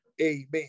amen